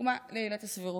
דוגמה לעילת הסבירות.